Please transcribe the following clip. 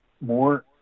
more